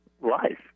life